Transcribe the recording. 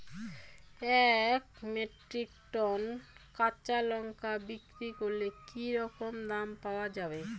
এক metric ton কাঁচা লঙ্কা বিক্রি করলে কি রকম দাম পাওয়া যাবে?